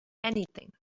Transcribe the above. anything